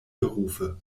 berufe